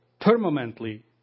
permanently